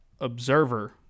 observer